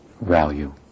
value